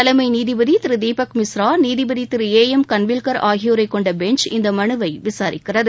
தலைமை நீதிபதி திரு தீபக் மிஸ்ரா நீதிப்தி திரு ஏ எம் கன்வில்கள் ஆகியோரைக் கொண்ட பெஞ்ச் இந்த மனுவை விசாரிக்கிறது